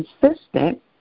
consistent